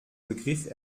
begriff